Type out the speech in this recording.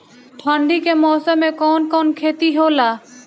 ठंडी के मौसम में कवन कवन खेती होला?